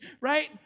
right